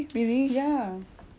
primary school was okay I would say